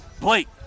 Blake